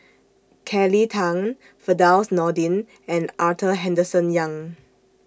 Kelly Tang Firdaus Nordin and Arthur Henderson Young